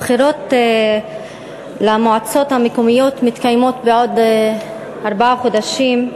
הבחירות למועצות המקומיות מתקיימות בעוד ארבעה חודשים.